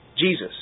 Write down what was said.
Jesus